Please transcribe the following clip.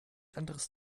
anderes